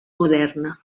moderna